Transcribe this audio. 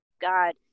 God